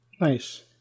Nice